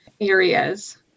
areas